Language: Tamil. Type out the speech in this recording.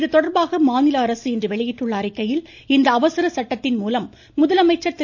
இதுதொடர்பாக மாநில அரசு இன்று வெளியிட்டுள்ள அறிக்கையில் இந்த அவசர சட்டத்தின் மூலம் முதலமைச்சர் திரு